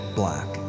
black